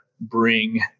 bring